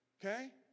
okay